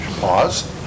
pause